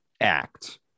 act